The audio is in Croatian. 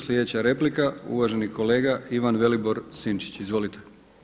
Sljedeća replika uvaženi kolega Ivan Vilibor Sinčić, izvolite.